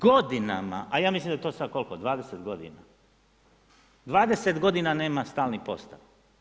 Godinama a ja mislim da je to sad koliko, 20 g., 20 g. nema stalni postav.